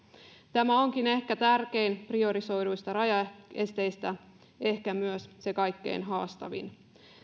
tämä onkin ehkä tärkein priorisoiduista rajaesteistä ehkä myös se kaikkein haastavin